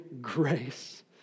grace